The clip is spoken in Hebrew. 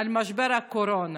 על משבר הקורונה.